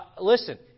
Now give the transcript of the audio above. Listen